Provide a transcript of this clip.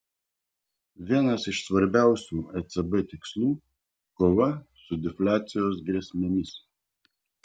vienas iš svarbiausių ecb tikslų kova su defliacijos grėsmėmis